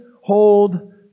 hold